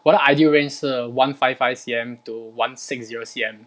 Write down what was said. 我的 ideal range 是 one five five C_M to one six zero C_M